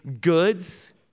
goods